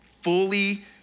fully